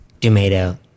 Tomato